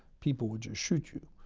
people would just shoot you.